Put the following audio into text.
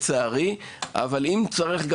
אבל אם צריך,